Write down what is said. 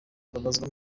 babazwa